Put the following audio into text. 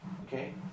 Okay